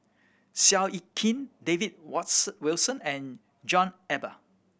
Seow Yit Kin David Wilson and John Eber